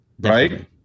Right